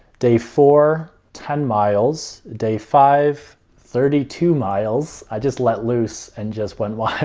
day four ten miles. day five thirty two miles. i just let loose and just went wild